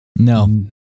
No